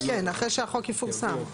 אחרי שהחוק יפורסם.